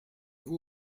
vous